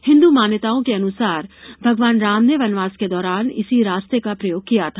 हिन्द मान्यताओं के अनुसार भगवान राम ने वनवास के दौरान इसी रास्ते का प्रयोग किया था